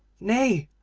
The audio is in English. nay,